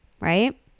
right